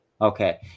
Okay